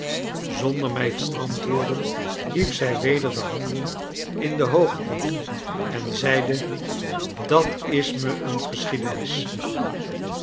zonder mij te antwoorden hief zij weder de handen in de hoogte en zeide dat is me een geschiedenis